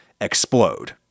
explode